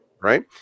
Right